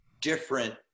different